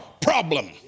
problem